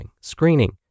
screening